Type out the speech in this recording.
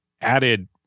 added